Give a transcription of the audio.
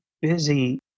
busy